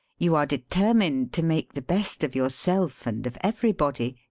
you are determined to make the best of yourself and of everybody.